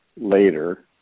Later